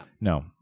No